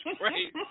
right